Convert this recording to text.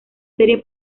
serie